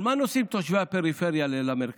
על מה נוסעים תושבי הפריפריה למרכז?